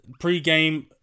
pregame